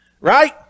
Right